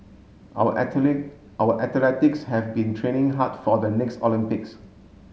our athlete our athletics have been training hard for the next Olympics